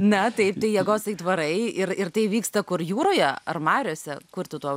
na taip tai jėgos aitvarai ir ir tai vyksta kur jūroje ar mariose kur tu tuo